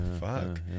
fuck